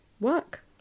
work